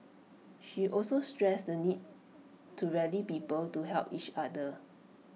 she also stressed the need to rally people to help each other